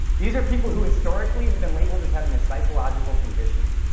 these are people who historically have been labeled as having a psychological condition,